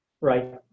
Right